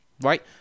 right